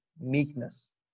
meekness